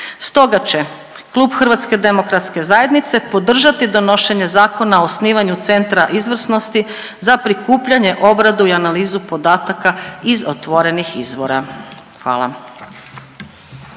Stoga će Klub HDZ-a podržati donošenje Zakona o osnivanju Centra izvrsnosti za prikupljanje, obradu i analizu podataka iz otvorenih izvora. Hvala.